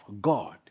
God